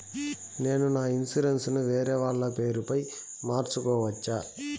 నేను నా ఇన్సూరెన్సు ను వేరేవాళ్ల పేరుపై మార్సుకోవచ్చా?